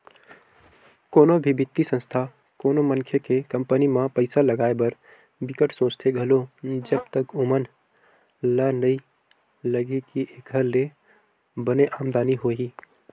कोनो भी बित्तीय संस्था कोनो मनखे के कंपनी म पइसा लगाए बर बिकट सोचथे घलो जब तक ओमन ल नइ लगही के एखर ले बने आमदानी होही